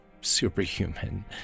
superhuman